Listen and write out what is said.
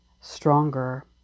stronger